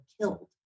killed